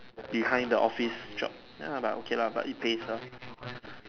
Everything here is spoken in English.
behind the office job ya but okay lah but it pays well